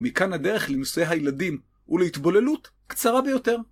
מכאן הדרך לנושא הילדים ולהתבוללות קצרה ביותר.